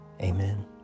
Amen